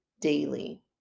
daily